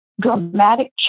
dramatic